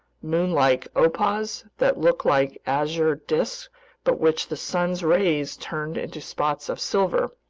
moonlike opahs that look like azure disks but which the sun's rays turn into spots of silver,